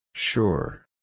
Sure